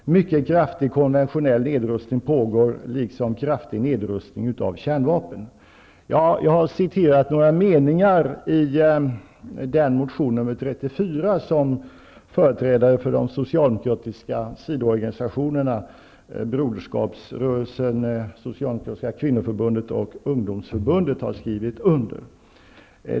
En mycket kraftig konventionell nedrustning pågår, liksom en kraftig nedrustning av kärnvapen. Detta var några meningar i den motion nr 34 som företrädare för de socialdemokratiska sidoorganisationerna -- Broderskapsrörelsen, Socialdemokratiska kvinnoförbundet och ungdomsförbundet -- har skrivit under.